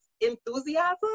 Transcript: enthusiasm